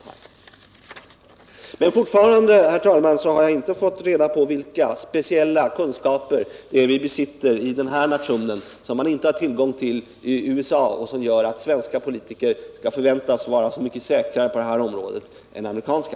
Men fortfarande, herr talman, har jag inte fått reda på vilka speciella kunskaper vi besitter i den här nationen men som man inte har tillgång till i USA och vilka skulle göra att svenska politiker skulle kunna förväntas vara så mycket säkrare på det här området än amerikanska.